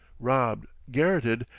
robbed, garotted,